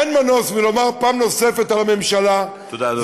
אין מנוס מלומר פעם נוספת על הממשלה, תודה, אדוני.